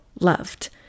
loved